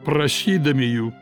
prašydami jų